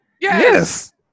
Yes